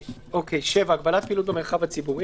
7. הגבלת פעילות במרחב הציבורי,